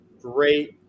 great